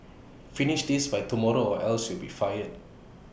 finish this by tomorrow or else you'll be fired